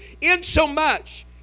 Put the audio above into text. Insomuch